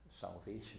salvation